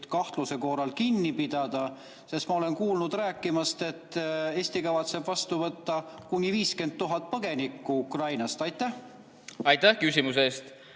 kahtluse korral kinni pidada. Ma olen kuulnud räägitavat, et Eesti kavatseb vastu võtta kuni 50 000 põgenikku Ukrainast. Aitäh küsimuse eest!